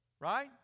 Right